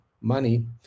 money